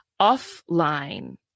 offline